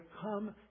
come